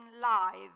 live